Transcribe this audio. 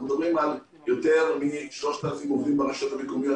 אנחנו מדברים על יותר מ-3,000 עובדים ברשויות המקומיות.